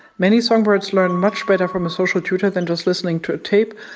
many songbirds learn much better from a social tutor than just listening to a tape,